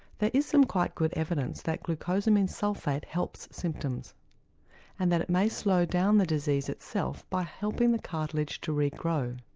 is some quite good evidence that glucosamine sulphate helps symptoms and that it may slow down the disease itself by helping the cartilage to regrow,